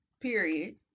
period